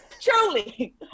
truly